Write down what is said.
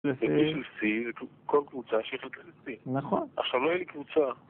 כל קבוצה שייכת ל-C נכון עכשיו לא יהיה לי קבוצה